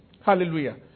Hallelujah